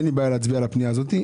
אין לי בעיה להצביע על הפנייה הזאת.